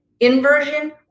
inversion